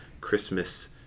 Christmas